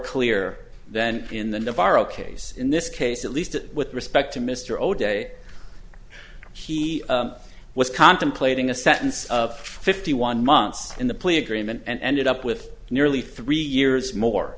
clear than in the navarro case in this case at least with respect to mr o'day he was contemplating a sentence of fifty one months in the plea agreement and ended up with nearly three years more